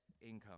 income